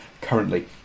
currently